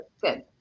Good